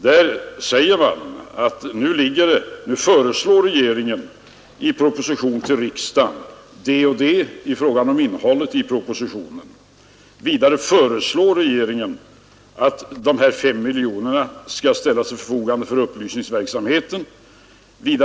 Där säger man att regeringen i sin proposition nu föreslår vissa åtgärder. Det heter också: Vidare föreslår regeringen att 5 miljoner kronor ställs till förfogande för en upplysningsverksamhet på området.